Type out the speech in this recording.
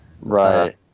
Right